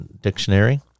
dictionary